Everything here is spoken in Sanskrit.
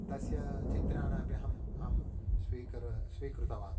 तस्य चित्रान् अपि अहम् अहं स्वीकुरु स्वीकृतवान्